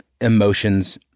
emotions